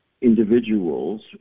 individuals